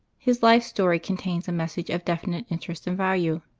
his life story contains a message of definite interest and value.